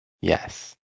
Yes